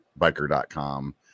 biker.com